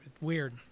weird